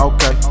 Okay